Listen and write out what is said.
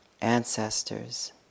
ancestors